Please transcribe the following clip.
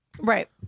Right